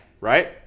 Right